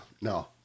No